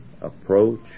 approach